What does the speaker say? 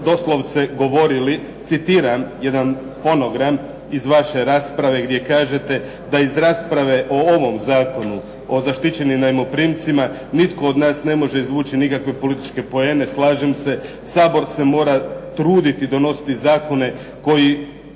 doslovce govorili, citiram jedan fonogram iz vaše rasprave gdje kažete da iz rasprave o ovom Zakonu o zaštićenim najmoprimcima nitko od nas ne može izvući nikakve političke poene. Slažem se, Sabor se mora truditi donositi zakone u koje